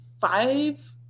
five